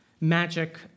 magic